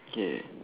gay